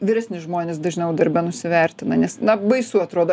vyresni žmonės dažniau darbe nusivertina nes na baisu atrodo